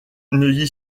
neuilly